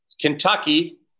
Kentucky